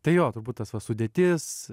tai jo turbūt tas va sudėtis